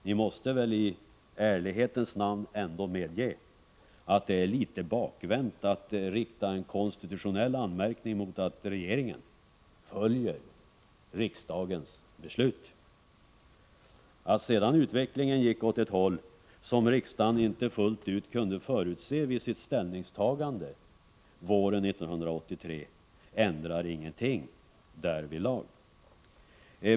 Ni måste väl i ärlighetens namn ändå medge, att det är litet bakvänt att rikta en konstitutionell anmärkning mot att regeringen följer riksdagens beslut. Att sedan utvecklingen gick åt ett håll som riksdagen inte fullt ut kunde förutse vid sitt ställningstagande våren 1983 ändrar ingenting därvidlag.